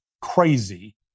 crazy